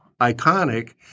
iconic